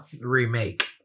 Remake